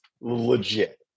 legit